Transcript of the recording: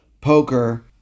poker